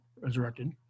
resurrected